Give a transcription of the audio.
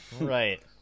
Right